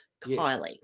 kylie